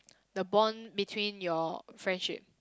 the bond between your friendship